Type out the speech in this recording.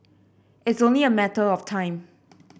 it's only a matter of time